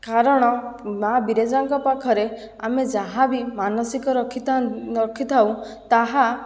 କାରଣ ମା' ବିରଜାଙ୍କ ପାଖରେ ଆମେ ଯାହାବି ମାନସିକ ରଖି ରଖିଥାଉ ତାହା